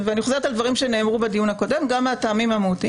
ואני חוזרת על דברים שנאמרו בדיון הקודם גם מהטעמים המהותיים